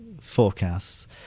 forecasts